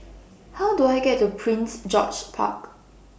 How Do I get to Prince George's Park